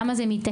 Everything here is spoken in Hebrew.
למה זה מתעכב?